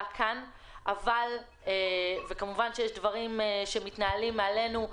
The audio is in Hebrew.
כאן וכמובן שיש דברים שמתנהלים מעלינו,